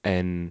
and